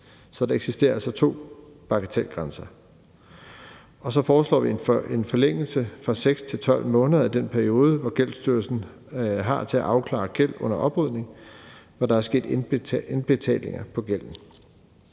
Så der eksisterer altså to bagatelgrænser. Så foreslår vi en forlængelse fra 6 til 12 måneder af den periode, som Gældsstyrelsen har til at afklare gæld under oprydning, og hvor der er sket indbetalinger på gælden.